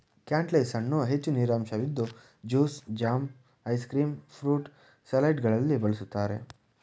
cantaloupe ಹಣ್ಣು ಹೆಚ್ಚು ನೀರಿನಂಶವಿದ್ದು juice, jam, ice cream, fruit ಸಲಾಡ್ಗಳಲ್ಲಿ ಬಳ್ಸತ್ತರೆ